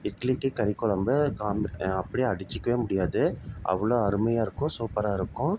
இட்லிக்கு கறிக்கொழம்பு காம் அப்படியே அடுச்சுக்கவே முடியாது அவ்வளோ அருமையாக இருக்கும் சூப்பராக இருக்கும்